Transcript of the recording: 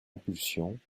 impulsion